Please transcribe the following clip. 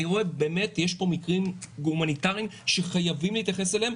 אני רואה שבאמת יש פה מקרים הומניטריים שחייבים להתייחס אליהם.